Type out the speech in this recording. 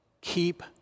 keep